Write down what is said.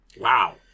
Wow